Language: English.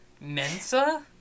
Mensa